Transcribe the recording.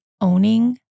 owning